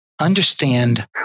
Understand